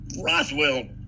Roswell